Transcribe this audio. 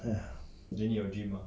!aiya!